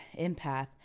empath